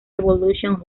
revolution